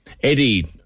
Eddie